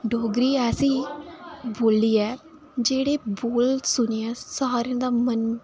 डोगरी ऐसी बोल्ली ऐ जेह्दे बोल सुनियै सारें दा मन